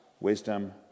wisdom